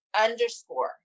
underscore